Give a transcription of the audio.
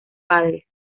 padres